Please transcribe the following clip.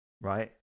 Right